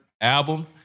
album